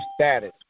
status